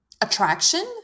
attraction